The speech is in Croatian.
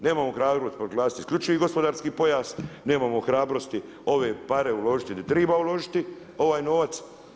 Nemamo hrabrosti proglasiti isključivi gospodarski pojas, nemamo hrabrosti ove pare uložiti gdje treba uložiti ovaj novac.